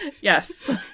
yes